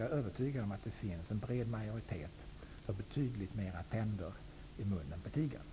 Jag är övertygad om att det finns en bred majoritet för betydligt mera tänder i munnen på tigern.